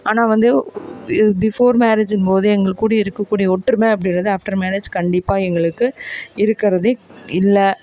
ஆனால் வந்து பிஃபோர் மேரேஜும்போது எங்கள் கூட இருக்கக்கூடிய ஒற்றுமை அப்படின்றது ஆஃப்டர் மேரேஜ் கண்டிப்பாக எங்களுக்கு இருக்கிறது இல்லை